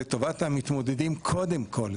לטובת המתמודדים קודם כל,